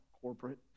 corporate